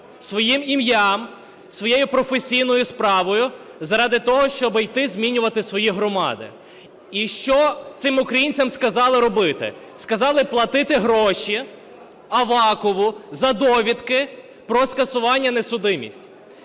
своїм ім'ям, своєю професійною справою заради того, щоб йти змінювати свої громади. І що цим українцям сказали робити? Сказали платити гроші Авакову за довідки про несудимість.